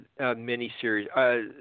miniseries